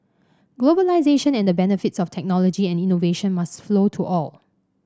globalisation and the benefits of technology and innovation must flow to all